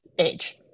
age